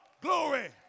glory